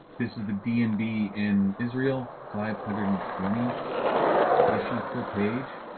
this is the d n b in israel five hundred and twenty issues per page.